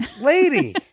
lady